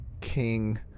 King